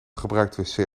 gebruikten